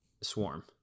swarm